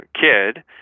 kid